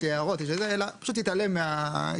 יש לי הערות אלא פשוט התעלם מהבקשה,